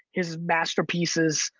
his masterpieces.